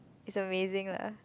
it's amazing lah